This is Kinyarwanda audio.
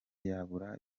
yabura